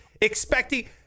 expecting